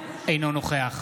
אינו נוכח